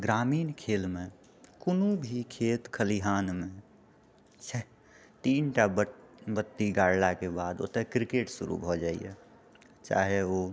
ग्रामीण खेलमे कोनो भी खेत खलिहानमे तीनटा बऽ बत्ती गाड़लाके बाद ओतऽ क्रिकेट शुरू भए जाइए चाहे ओ